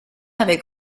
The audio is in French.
avec